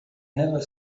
never